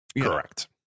correct